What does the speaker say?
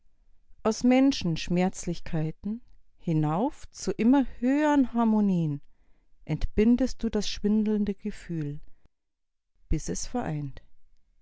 aus menschen schmerzlichkeiten hinauf zu immer höhern harmonien entbindest du das schwindelnde gefühl bis es vereint